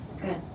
Good